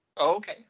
Okay